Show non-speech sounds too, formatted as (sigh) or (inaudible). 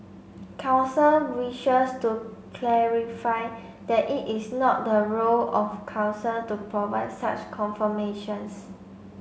(noise) council wishes to clarify that it is not the role of Council to provide such confirmations